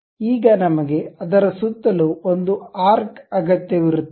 ಈಗ ನಮಗೆ ಅದರ ಸುತ್ತಲೂ ಒಂದು ಆರ್ಕ್ ಅಗತ್ಯವಿರುತ್ತದೆ